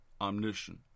omniscient